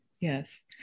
Yes